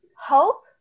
Hope